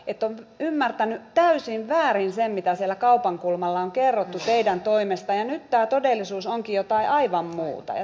etu on jymähtänyt täysin väärin sen mitä siellä kaupan kulmalla on kerrottu teidän toimestannenyttä ja todellisuus on jotain aivan muuta ja